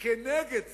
כנגד זה,